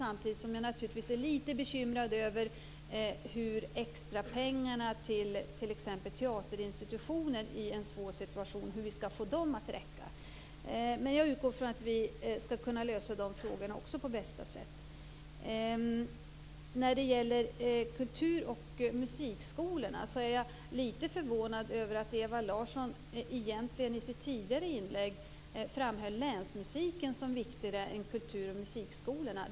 Samtidigt är jag naturligtvis litet bekymrad över hur vi skall få extrapengarna till t.ex. teaterinstitutioner att räcka i en svår situation. Men jag utgår från att vi skall kunna lösa även de frågorna på bästa sätt. Jag är litet förvånad över att Ewa Larsson i sitt tidigare inlägg egentligen framhöll länsmusiken som viktigare än kultur och musikskolorna.